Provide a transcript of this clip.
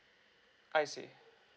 I see